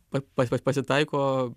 pa pa pasitaiko